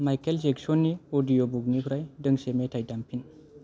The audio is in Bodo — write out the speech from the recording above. मायकेल जेकसननि अडिअ बुकनिफ्राय दोंसे मेथाइ दामफिन